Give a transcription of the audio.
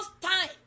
time